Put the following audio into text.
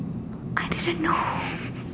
I didn't know